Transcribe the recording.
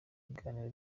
biganiro